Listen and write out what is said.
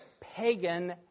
pagan